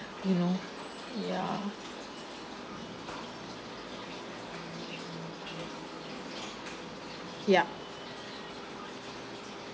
you know yeah yeah